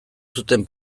zuten